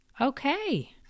Okay